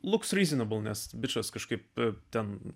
luks ryzonabl ne bičas kažkaip ten